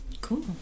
Cool